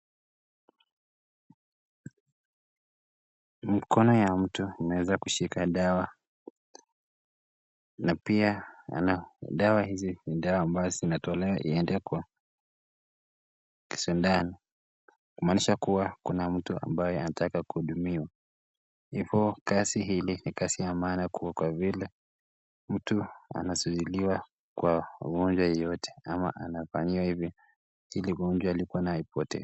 Mkono ya mtu inaweza kushika dawa. Na pia ana dawa hizi ni dawa ambazo zinatolewa iende kwa kisandani. Kumaanisha kuwa kuna mtu ambaye anataka kuhudumiwa. Hivyo kasi hili ni kasi ya maana kwa vile mtu anasuziliwa kwa ugonjwa yoyote ama anafanyiwa hivi ili ugonjwa likuwa na ipotee.